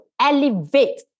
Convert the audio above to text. elevate